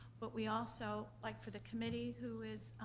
but we also, like for the committee who is,